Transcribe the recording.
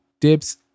dips